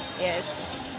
Yes